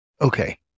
Okay